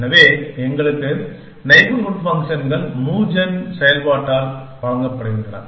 எனவே எங்களுக்கு நெய்பர்ஹூட் ஃபங்க்ஷன்கள் மூவ் ஜென் செயல்பாட்டால் வழங்கப்படுகின்றன